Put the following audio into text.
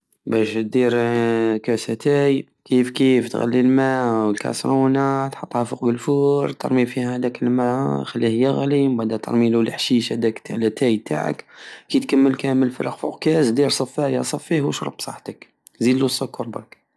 بش دير كاس أتاى كيفكيف تسخن الماء فالكسرونة تحطو فوق الفور ترمي فيه داك الماء خليه يغلي ومبعدا ترميلو لحشيش هداك تع لاتاي تاعك كي تكمل كامل فرغ فوق كاس دير صفاية صفيه وشرب بصحتك زيدلو السكر برك